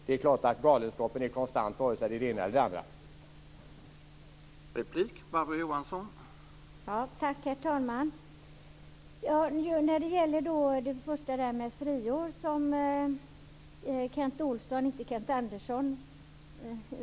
Det är klart att galenskapen är konstant vare sig det är det ena eller det andra.